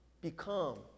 become